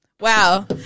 Wow